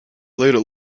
later